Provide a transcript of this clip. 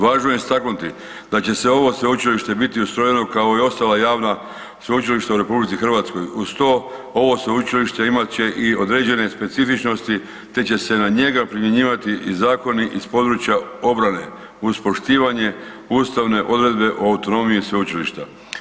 Važno je istaknuti da će se ovo sveučilište biti ustrojeno kao i ostala javna sveučilišta u RH uz to ovo sveučilište imat će i određene specifičnosti te će se na njega primjenjivati i zakoni iz područja obrane uz poštivanje ustavne odredbe o autonomiji sveučilišta.